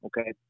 Okay